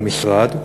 למשרד,